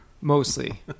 Mostly